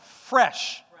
fresh